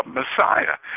Messiah